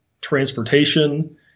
transportation